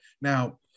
Now